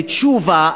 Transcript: תשובה.